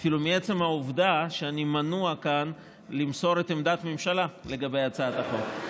אפילו מעצם העובדה שאני מנוע כאן מלמסור עמדת הממשלה לגבי הצעת החוק.